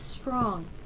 strong